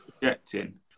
projecting